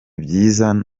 byiza